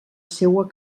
seua